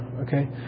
okay